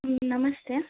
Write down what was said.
ಹ್ಞೂ ನಮಸ್ತೆ